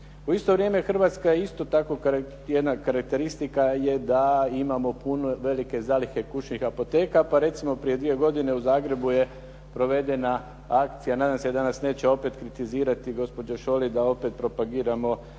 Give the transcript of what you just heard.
U isto vrijeme Hrvatska je isto tako, jedna karakteristika je da imamo velike zalihe kućnih apoteka pa recimo prije dvije godine u Zagrebu je provedena akcija, nadam se da nas neće opet kritizirati gospođa Šolić, da opet propagiramo